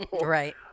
right